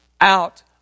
out